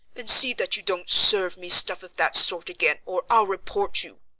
and see that you don't serve me stuff of that sort again, or i'll report you.